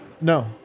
No